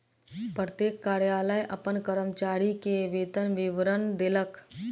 प्रत्येक कार्यालय अपन कर्मचारी के वेतन विवरण देलक